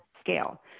scale